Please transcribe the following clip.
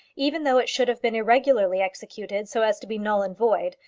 even though it should have been irregularly executed so as to be null and void,